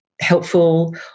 helpful